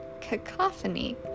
cacophony